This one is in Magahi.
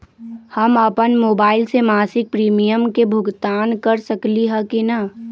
हम अपन मोबाइल से मासिक प्रीमियम के भुगतान कर सकली ह की न?